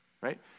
Right